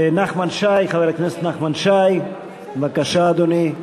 נחמן שי, חבר הכנסת נחמן שי, בבקשה, אדוני.